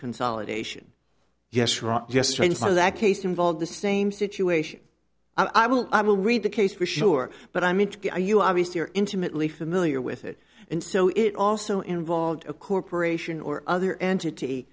consolidation yes ron yes strangely that case involved the same situation i will i will read the case for sure but i mean you obviously are intimately familiar with it and so it also involved a corporation or other entity